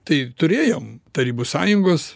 tai turėjom tarybų sąjungos